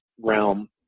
realm